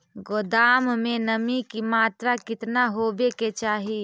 गोदाम मे नमी की मात्रा कितना होबे के चाही?